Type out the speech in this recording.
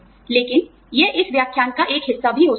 लेकिन यह इस व्याख्यान का एक हिस्सा भी हो सकता है